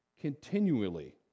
continually